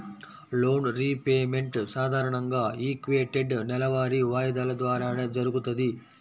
loan repayment సాధారణంగా equated నెలవారీ వాయిదాల ద్వారానే జరుగుతది